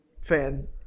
fan